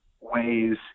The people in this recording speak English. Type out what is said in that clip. ways